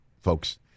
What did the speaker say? folks